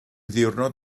ddiwrnod